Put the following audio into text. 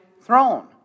throne